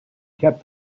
kept